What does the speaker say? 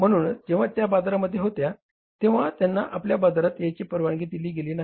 म्हणूनच जेव्हा त्या बाजारामध्ये होत्या तेव्हा त्यांना आपल्या बाजारात यायची परवानगी दिली गेली नाही